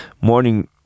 Morning